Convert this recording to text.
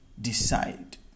Decide